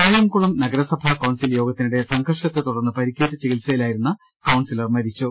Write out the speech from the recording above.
കായംകുളം നഗരസഭാ കൌൺസിൽ യോഗത്തിനിടെ സംഘർഷത്തെ തുടർന്ന് പരിക്കേറ്റ് ചികിത്സ യിലായിരുന്ന കൌൺസിലർ മരിച്ചു